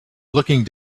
looking